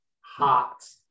hot